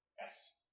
Yes